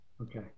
Okay